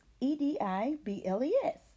E-D-I-B-L-E-S